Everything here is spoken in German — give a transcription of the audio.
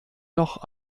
noch